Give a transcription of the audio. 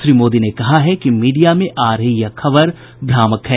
श्री मोदी ने कहा है कि मीडिया में आ रही यह खबर भ्रामक है